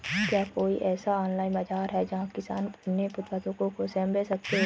क्या कोई ऐसा ऑनलाइन बाज़ार है जहाँ किसान अपने उत्पादकों को स्वयं बेच सकते हों?